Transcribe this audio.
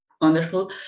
Wonderful